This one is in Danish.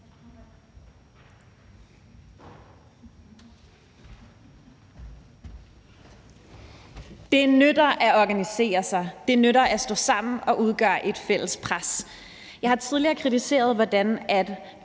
Det nytter at organisere sig, det nytter at stå sammen og udøve et fælles pres. Jeg har tidligere kritiseret, at